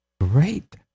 Great